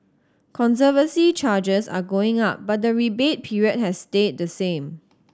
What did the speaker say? conservancy charges are going up but the rebate period has stayed the same